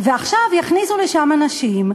ועכשיו יכניסו לשם אנשים.